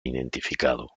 identificado